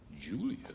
Julia